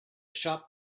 shop